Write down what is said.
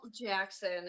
Jackson